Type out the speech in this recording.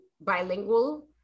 bilingual